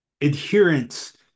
adherence